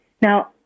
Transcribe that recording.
Now